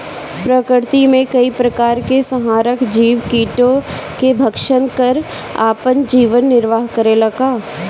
प्रकृति मे कई प्रकार के संहारक जीव कीटो के भक्षन कर आपन जीवन निरवाह करेला का?